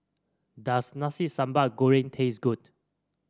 does Nasi Sambal Goreng taste good